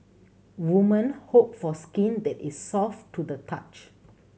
woman hope for skin that is soft to the touch